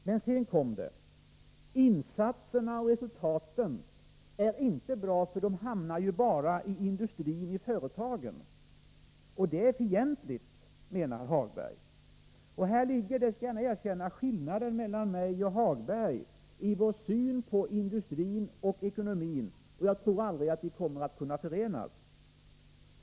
Men så kom det: Insatserna och resultaten är inte bra, för de hamnar ju bara i industrin och i företagen, och dessa är fientliga, menar herr Hagberg. Här ligger skillnaden mellan mig och herr Hagberg, det skall jag gärna erkänna, nämligen i vår syn på industrin och ekonomin. Jag tror aldrig att vi kommer att kunna förenas.